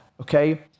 Okay